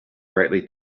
rightly